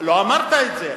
לא אמרת את זה,